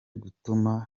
gutuma